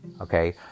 Okay